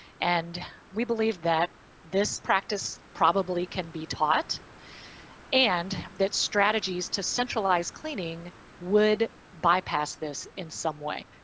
and we believe that this practice probably can be taught and that strategies to centralize cleaning would bypass this in some way.